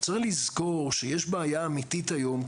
צריך לזכור שיש בעיה אמתית היום,